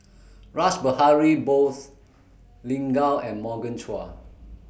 Rash Behari Bose Lin Gao and Morgan Chua